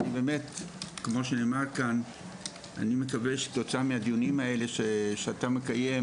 וכמו שנאמר כאן אני מקווה שכתוצאה מהדיונים האלה שאתה מקיים